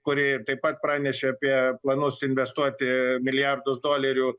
kuri taip pat pranešė apie planus investuoti milijardus dolerių